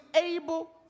able